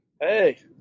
Hey